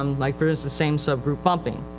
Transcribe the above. um like there is the same so group bumping.